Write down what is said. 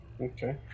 Okay